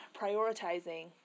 prioritizing